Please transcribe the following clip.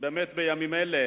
באמת בימים אלה